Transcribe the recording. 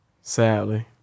Sadly